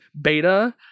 Beta